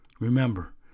Remember